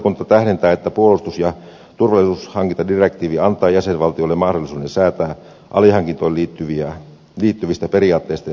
puolustusvaliokunta tähdentää että puolustus ja turvallisuushankintadirektiivi antaa jäsenvaltiolle mahdollisuuden säätää alihankintoihin liittyvistä periaatteista ja menettelyistä